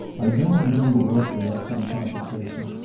i don't intend to work without some compensation,